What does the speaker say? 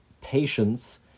Patience